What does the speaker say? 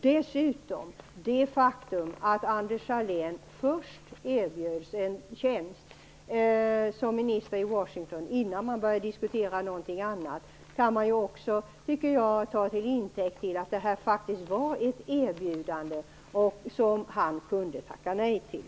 Det faktum att Anders Sahlén först erbjöds en tjänst som minister i Washington innan man började diskutera något annat kan också, tycker jag, tas till intäkt för att det här faktiskt var ett erbjudande som Anders Sahlén kunde tacka nej till.